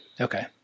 Okay